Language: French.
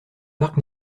parc